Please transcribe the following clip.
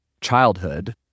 childhood